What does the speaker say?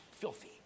filthy